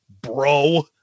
bro